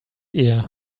ear